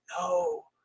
no